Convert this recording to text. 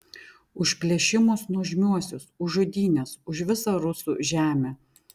už plėšimus nuožmiuosius už žudynes už visą rusų žemę